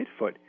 midfoot